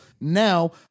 Now